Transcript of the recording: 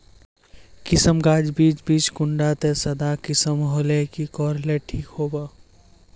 किसम गाज बीज बीज कुंडा त सादा किसम होले की कोर ले ठीक होबा?